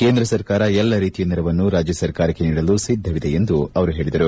ಕೇಂದ್ರ ಸರ್ಕಾರ ಎಲ್ಲಾ ರೀತಿಯ ನೆರವನ್ನು ರಾಜ್ಯ ಸರ್ಕಾರಕ್ಕೆ ನೀಡಲು ಸಿದ್ದವಿದೆ ಎಂದು ಅವರು ಹೇಳಿದರು